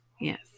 Yes